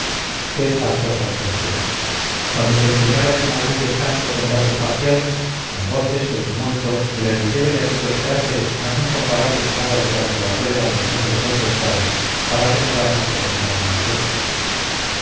qué espantosa ascensión cuando se empeñaban en algún descanso combates parciales las voces el tumulto el hervidero de aquellos cráteres no son comparables a nada de cuanto la cólera de los hombres ha inventado para remedar la ferocidad de las bestias